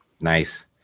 Nice